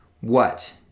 What